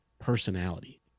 personality